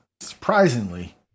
surprisingly